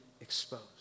exposed